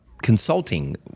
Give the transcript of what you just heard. consulting